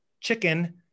chicken